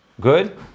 Good